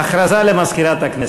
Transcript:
הודעה למזכירת הכנסת.